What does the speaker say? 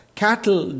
cattle